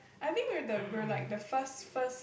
I think we're the we're like the first first